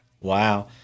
Wow